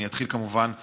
אני אתחיל כמובן מתודות.